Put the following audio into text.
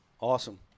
awesome